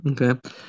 Okay